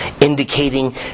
indicating